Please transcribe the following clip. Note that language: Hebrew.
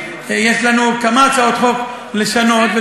יש לנו כמה הצעות חוק לשנות,